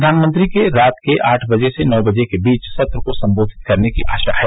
प्रधानमंत्री के रात आठ बजे से नौ बजे के बीच सत्र को संबोधित करने की आशा है